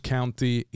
County